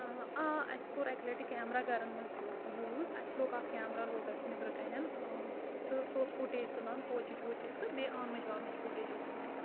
آ اَسہِ کوٚر اَکہِ لَٹہِ کٮ۪مرا گَرَن منٛز یوٗ یوٗز اَسہِ لوگ اکھ کیمرا لوگ اَسہِ نیٚبرٕ کَنٮ۪ن تہٕ سُہ اوس فُٹیج تُلان کوچِچ ووچِچ تہٕ بیٚیہِ آنٛگنٕچ وانٛگنٕچ فُٹیج اوس تُلان